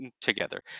together